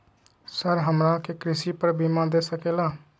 Sir हमरा के कृषि पर बीमा दे सके ला?